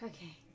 Okay